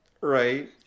Right